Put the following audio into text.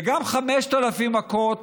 וגם 5,000 מכות